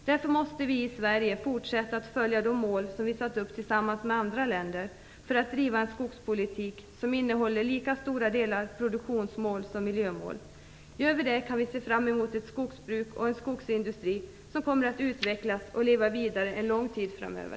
Därför måste vi i Sverige fortsätta att följa de mål som vi har satt upp tillsammans med andra länder för att driva en skogspolitik som innehåller lika stora delar produktionsmål som miljömål. Utöver det kan vi se fram emot ett skogsbruk och en skogsindustri som kommer att utvecklas och leva vidare en lång tid framöver.